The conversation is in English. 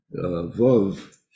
Vov